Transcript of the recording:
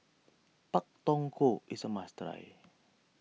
Pak Thong Ko is a must try